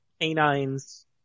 canines